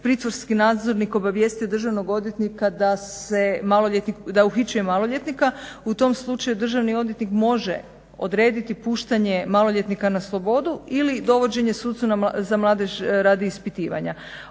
pritvorski nadzornik obavijesti državnog odvjetnika da uhićuje maloljetnika. U tom slučaju državni odvjetnik može odrediti puštanje maloljetnika na slobodu ili dovođenje sucu za mladež radi ispitivanja.